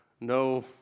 no